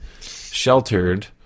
Sheltered